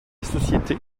société